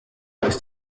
ist